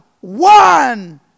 one